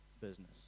business